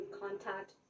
contact